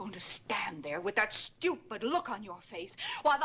going to stand there with that stupid look on your face w